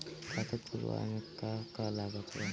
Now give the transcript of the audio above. खाता खुलावे मे का का लागत बा?